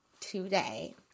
today